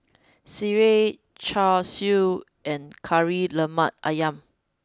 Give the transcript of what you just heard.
Sireh Char Siu and Kari Lemak Ayam